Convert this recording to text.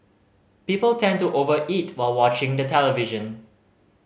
people tend to over eat while watching the television